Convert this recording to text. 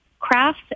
crafts